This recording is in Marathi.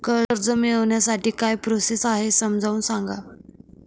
कर्ज मिळविण्यासाठी काय प्रोसेस आहे समजावून सांगा